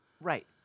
Right